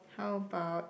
how about